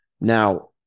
Now